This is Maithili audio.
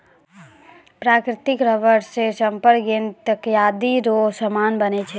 प्राकृतिक रबर से चप्पल गेंद तकयादी रो समान बनै छै